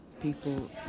people